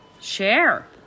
Share